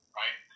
right